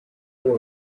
blu